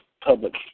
public